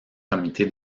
comité